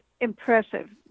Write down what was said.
impressive